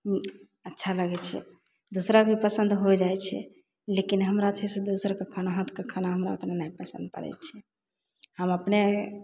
अच्छा लगय छै दोसराके पसन्द होइ जाइ छै लेकिन हमरा छै से दोसरके खाना हाथके खाना हमरा ओतना नहि पसन्द पड़य छै हम अपने